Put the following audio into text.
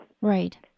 Right